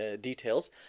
details